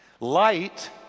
Light